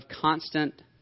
constant